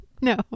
No